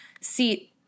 seat